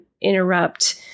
interrupt